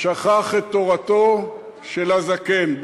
שכחו את תורתו של "הזקן".